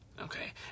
okay